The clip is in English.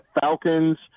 Falcons –